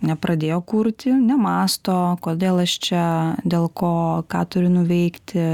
nepradėjo kurti nemąsto kodėl aš čia dėl ko ką turiu nuveikti